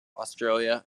australia